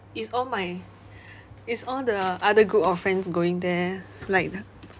it's all my it's all the other group of friends going there like the